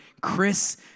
Chris